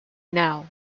now